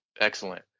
excellent